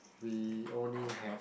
we only have